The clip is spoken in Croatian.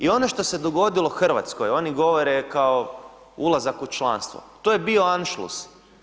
I ono što se dogodilo Hrvatskoj, oni govore kao ulazak u članstvo, to je bio anšlus.